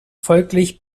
folglich